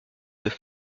deux